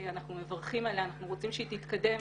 אנחנו מברכים עליה ורוצים שהיא תתקדם.